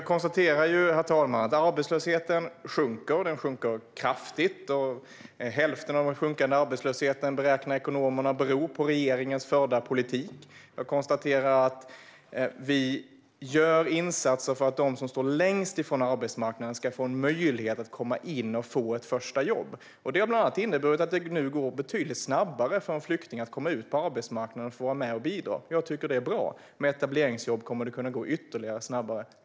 Herr talman! Jag konstaterar att arbetslösheten sjunker och att den sjunker kraftigt. Hälften av den sänkningen beräknar ekonomerna beror på regeringens förda politik. Vi gör insatser för att de som står längst ifrån arbetsmarknaden ska få en möjlighet att komma in och få ett första jobb. Det har bland annat inneburit att det nu går betydligt snabbare för en flykting att komma ut på arbetsmarknaden och få vara med och bidra. Med etableringsjobb kommer det att kunna gå ännu snabbare.